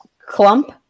clump